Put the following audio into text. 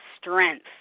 strength